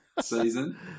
season